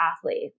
athletes